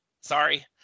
sorry